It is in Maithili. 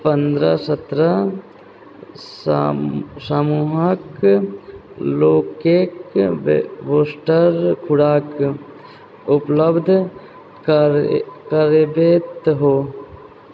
पन्द्रह सत्रह सम समुहक लोककेँ बूस्टर खोराक उपलब्ध कर करबेत हो